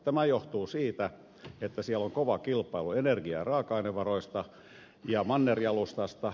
tämä johtuu siitä että siellä on kova kilpailu energia ja raaka ainevaroista ja mannerjalustasta